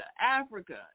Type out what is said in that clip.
Africa